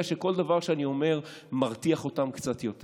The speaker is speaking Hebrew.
שכל דבר שאני אומר מרתיח אותם קצת יותר: